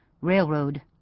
railroad